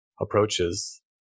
Approaches